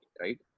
right